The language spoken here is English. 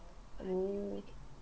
oo